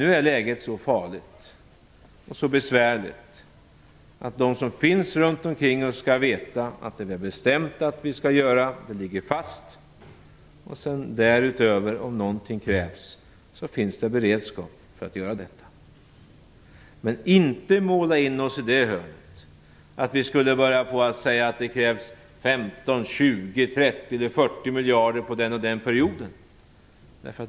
Nu är läget så farligt och så besvärligt att de som finns runt omkring oss skall veta vad vi har bestämt att vi skall göra, och att det ligger fast. Om någonting krävs därutöver finns det beredskap för att göra detta. Vi skall inte måla in oss i ett hörn och säga att det krävs 15, 20, 30 eller 40 miljarder för en viss period.